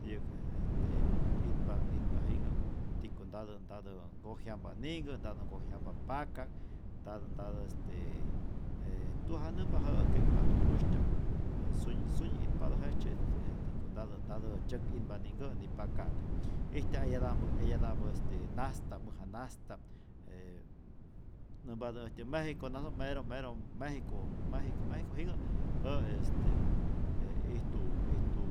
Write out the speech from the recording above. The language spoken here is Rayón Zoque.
Ti'yäk je je este itpa itpa jinhä, tiko ntatä ntätä nkoj jyampa ninhkä, ntatä nkoj jyampa paka'k, ntatä ntatä este ee tujajnämpä jä'ä, kekpa tuj usytya'p e syuny sunyi itpatä jejtzye, este este tiko ntatä ntatä tzyäk'inpa ninhkä ni paka'kij, ijtya' eyata'mpä eyata'mpa este nasta'p mäja nasta'p e nämpatä äjtyä mejiko nasoj mero mero mejiko mejiko mejiko jinhä jä'ä este e ijtu ijtu